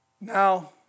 Now